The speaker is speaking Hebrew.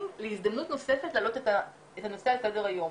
להזדמנות נוספת להעלות את הנושא על סדר היום.